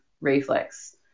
reflex